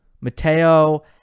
Mateo